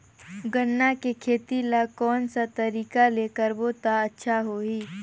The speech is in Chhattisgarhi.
गन्ना के खेती ला कोन सा तरीका ले करबो त अच्छा होही?